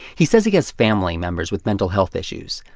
he says he has family members with mental health issues.